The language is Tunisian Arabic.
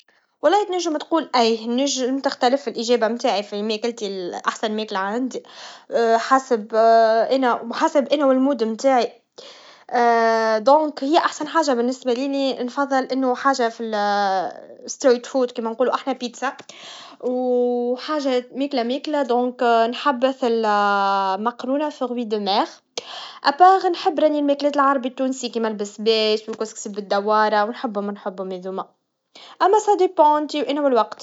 طعامي المفضل هو الكسكس. لكن في الصيف، نحب أكل السلطات والمأكولات الخفيفة. في الشتاء، نفضل الأكلات الدافئة، كيما الشوربة والملوخية. تغير الفصول يؤثر على اختياراتنا، وكل موسم يجلب نكهات جديدة. التجديد في الأكل يجعل التجربة ممتعة، ويضيف تنوع في النظام الغذائي.